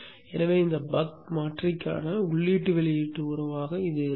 எனவே இது இந்த பக் மாற்றிக்கான உள்ளீட்டு வெளியீட்டு உறவாக இருக்கும்